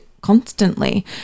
constantly